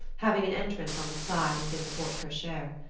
having an entrance on the side within the porte cochere.